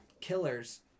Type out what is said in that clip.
killers